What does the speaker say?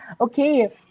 okay